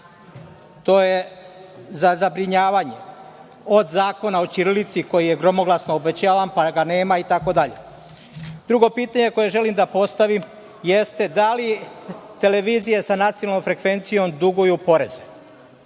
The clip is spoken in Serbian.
To je za zabrinjavanje - od zakona o ćirilici koji je gromoglasno obećavan, pa ga nema itd. Drugo pitanje koje želim da postavim jeste - da li televizije sa nacionalnom frekvencijom duguju poreze?